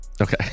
Okay